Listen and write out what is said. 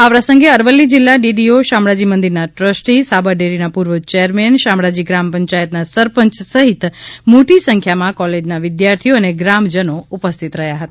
આ પ્રસંગે અરવલ્લી જિલ્લા ડીડીઓ શામળાજી મંદિરના દ્રસ્ટી સાબરડેરીના પૂર્વ ચેરમેન શામળાજી ગ્રામ પંચાયતના સરપંચ સહિત મોટી સંખ્યામાં કોલેજના વિદ્યાર્થીઓ અને ગ્રામજનો ઉપસ્થિત રહ્યા હતા